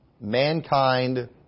mankind